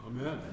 Amen